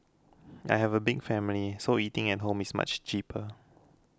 I have a big family so eating at home is much cheaper